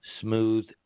Smooth